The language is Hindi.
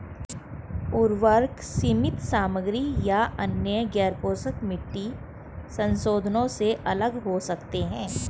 उर्वरक सीमित सामग्री या अन्य गैरपोषक मिट्टी संशोधनों से अलग हो सकते हैं